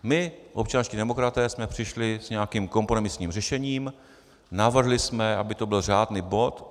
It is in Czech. My občanští demokraté jsme přišli s nějakým kompromisním řešením, navrhli jsme, aby to byl řádný bod.